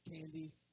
candy